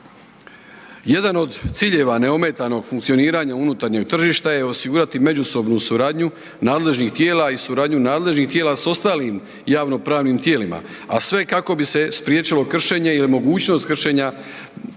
Jedan od ciljeva neometanog funkcioniranja unutarnjeg tržišta je osigurati međusobnu suradnju nadležnih tijela, a i suradnju nadležnih tijela s ostalim javno pravim tijelima, a sve kako bi se spriječilo kršenje jer mogućnost kršenja